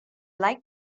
like